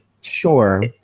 sure